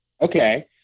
Okay